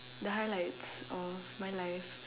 the highlights of my life